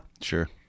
Sure